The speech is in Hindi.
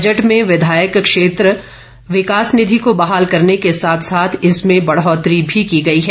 बजट में विधायक क्षेत्र विकास निधि को बहाल करने के साथ साथ इसमें बढ़ोतरी भी की गई है